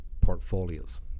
portfolios